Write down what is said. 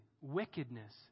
Wickedness